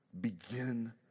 begin